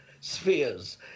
spheres